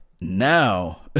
now